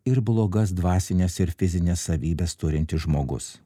ir blogas dvasines ir fizines savybes turintis žmogus